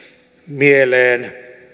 mieleen